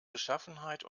beschaffenheit